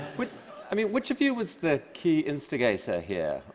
which i mean which of you was the key instigator here,